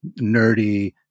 nerdy